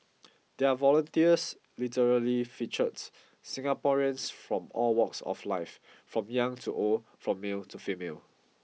their volunteers literally featured Singaporeans from all walks of life from young to old from male to female